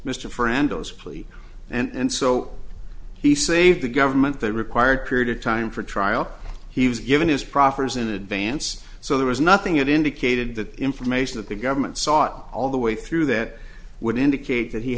mr friend those and so he saved the government the required period of time for trial he was given his proffers in advance so there was nothing it indicated that information that the government sought all the way through that would indicate that he